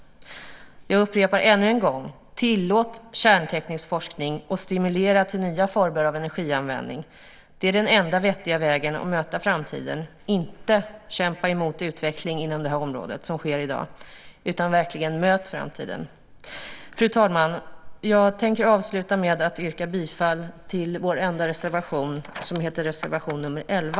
Jag upprepar ännu en gång: Tillåt kärnteknisk forskning, och stimulera till nya former av energianvändning! Det är den enda vettiga vägen att möta framtiden. Kämpa inte emot utvecklingen inom det här området, som sker i dag, utan möt verkligen framtiden! Fru talman! Jag tänker avsluta med att yrka bifall till vår enda reservation som heter nr 11.